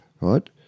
right